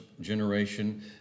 generation